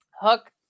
Hook